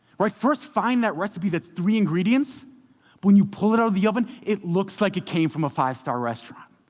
right? first find that recipe that's three ingredients, but when you pull it out of the oven, it looks like it came from a five-star restaurant.